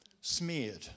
smeared